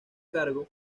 cargo